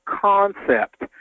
concept